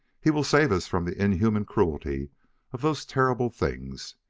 he will save us from the inhuman cruelty of those terrible things.